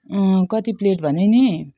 कति प्लेट भने नि